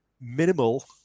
minimal